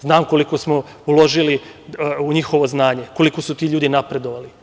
Znam koliko smo uložili u njihovo znanje, koliko su ti ljudi napredovali.